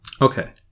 Okay